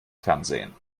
fernsehen